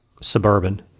Suburban